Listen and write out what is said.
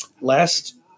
last